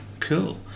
Cool